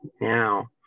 now